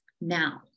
now